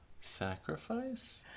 Sacrifice